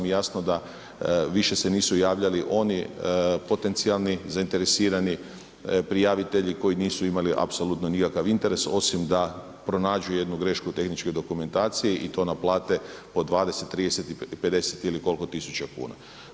I jasno da više se nisu javljali oni potencijalni zainteresirani prijavitelji koji nisu imali apsolutno nikakav interes osim da pronađu jednu grešku u tehničkoj dokumentaciji i to naplate po 20, 30, 50 ili koliko tisuća kuna.